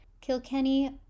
Kilkenny